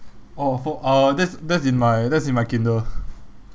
oh for uh that's that's in my that's in my kindle